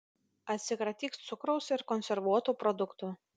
atsikratyk cukraus ir konservuotų produktų